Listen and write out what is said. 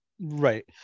Right